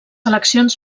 eleccions